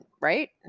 right